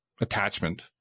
attachment